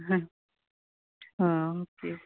okay